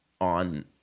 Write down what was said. on